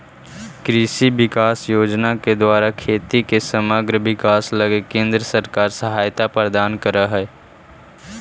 कृषि विकास योजना के द्वारा खेती के समग्र विकास लगी केंद्र सरकार सहायता प्रदान करऽ हई